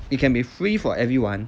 it can be free for everyone